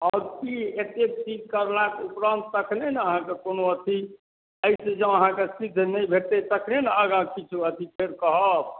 आओर की एतेक चीज कयलाक उपरान्त तखने ने अहाँके कोनो अथी एहिसँ जॅं अहाँके सिद्ध नहि भेटतै तखने ने आगा किछो अथी फेर कहब